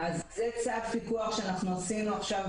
זה צו פיקוח שעשינו עכשיו,